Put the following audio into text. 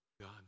God